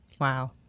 wow